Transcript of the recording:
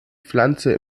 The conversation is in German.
pflanze